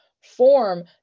form